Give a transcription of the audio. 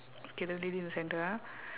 okay the lady in the center ah